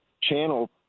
channel